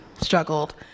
struggled